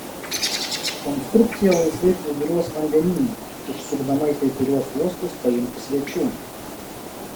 konstrukcija laisvai plūduriuos vandenyne užsukdama į kai kuriuos uostus paimti svečių